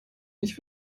nicht